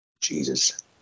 Jesus